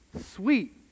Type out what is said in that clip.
Sweet